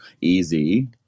Easy